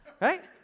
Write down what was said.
right